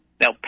now